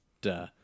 duh